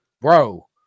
Bro